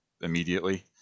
immediately